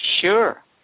Sure